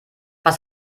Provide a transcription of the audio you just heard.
was